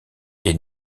est